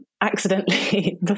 Accidentally